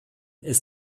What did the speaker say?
ist